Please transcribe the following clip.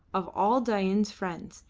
of all dain's friends,